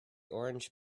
orange